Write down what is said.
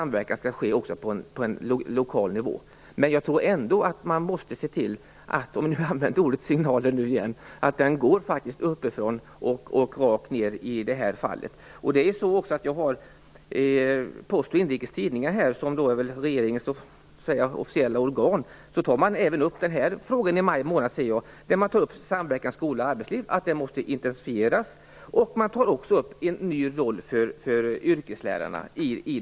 Men jag tror att man ändå måste se till att signalen i det här fallet - för att en gång till använda det ordet - faktiskt går uppifrån och rakt ner. Jag har här Post och Inrikes Tidningar, regeringens officiella organ. I maj månad togs där denna fråga upp. Det gäller då samverkan mellan skola och arbetsliv och att denna samverkan måste intensifieras. Man tar också upp frågan om en ny roll för yrkeslärarna.